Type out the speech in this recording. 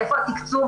איפה התקצוב